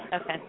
Okay